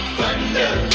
thunder